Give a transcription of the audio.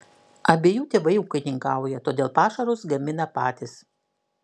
abiejų tėvai ūkininkauja todėl pašarus gamina patys